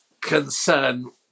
concern